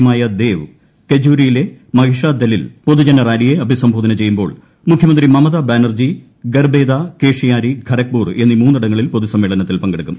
യുമായ ദേവ് കെജൂരിയിലെ മഹിഷാധലിൽ പൊതുജനറാലിയെ അഭിസംബോധന ചെയ്യുമ്പോൾ മുഖ്യമന്ത്രി മമത ബാനർജി ഗർബേതാ കേഷിയാരി ഖരഗ്പൂർ എന്നീ മൂന്നിടങ്ങളിൽ പൊതുസമ്മേളനത്തിൽ പങ്കെടുക്കും